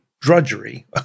drudgery